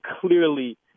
clearly